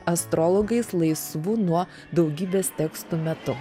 astrologais laisvu nuo daugybės tekstų metu